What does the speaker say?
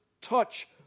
touch